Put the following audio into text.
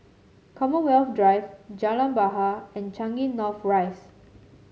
Commonwealth Drive Jalan Bahar and Changi North Rise